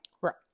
Right